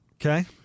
Okay